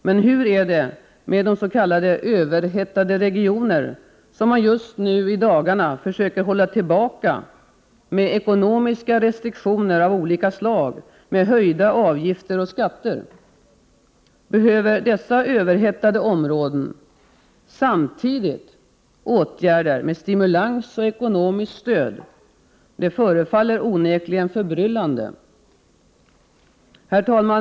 Men hur är det med de s.k. överhettade regionerna, som man just i dagarna försöker hålla tillbaka med ekonomiska restriktioner av olika slag, med höjda avgifter och skatter? Behöver dessa överhettade områden samtidigt stimulans och ekonomiskt stöd? Det förefaller onekligen förbryllande.